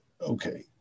Okay